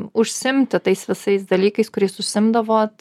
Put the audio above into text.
užsiimti tais visais dalykais kuriais užsiimdavot